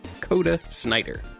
Coda-Snyder